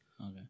Okay